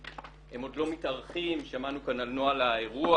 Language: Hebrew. צריך להשיב את סכום החיוב,